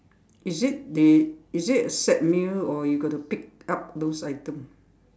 is it they is it a set meal or you got to pick up those item